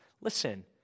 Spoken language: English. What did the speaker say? listen